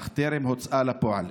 אך טרם הוצאה לפועל.